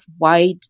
wide